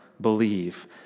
believe